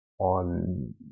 on